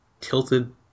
tilted